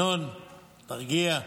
בבקשה, אדוני.